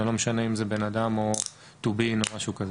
זה לא משנה אם זה בנאדם או טובין או משהו כזה,